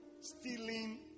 stealing